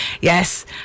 Yes